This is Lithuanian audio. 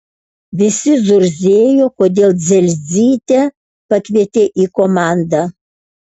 visi zurzėjo kodėl dzelzytę pakvietė į komandą